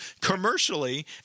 commercially